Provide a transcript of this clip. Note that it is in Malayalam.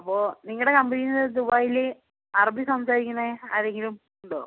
അപ്പോൾ നിങ്ങളുടെ കമ്പനിയിൽ ദുബായിൽ അറബി സംസാരിക്കുന്ന ആരെങ്കിലും ഉണ്ടോ